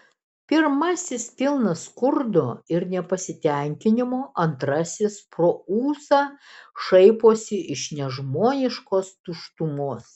pirmasis pilnas skurdo ir nepasitenkinimo antrasis pro ūsą šaiposi iš nežmoniškos tuštumos